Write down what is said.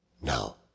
Now